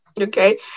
Okay